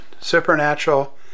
supernatural